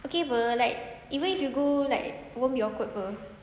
okay [pe] like even if you go like won't be awkard [pe]